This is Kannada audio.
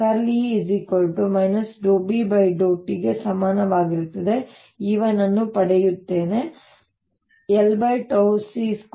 ಮತ್ತು E B∂t ಗೆ ಸಮನಾಗಿರುತ್ತದೆ ನಾನು E₁ ಅನ್ನು ಪಡೆಯುತ್ತೇನೆ ಅದು l𝜏 c2 E0 ಗೆ ಸಮಾನವಾಗಿರುತ್ತದೆ